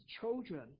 children